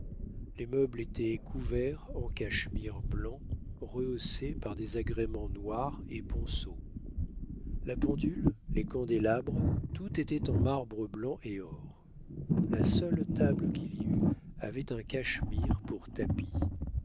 les meubles étaient couverts en cachemire blanc rehaussé par des agréments noirs et ponceau la pendule les candélabres tout était en marbre blanc et or la seule table qu'il y eût avait un cachemire pour tapis